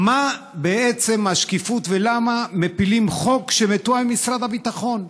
מה בעצם השקיפות ולמה מפילים חוק שמתואם עם משרד הביטחון,